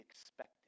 expected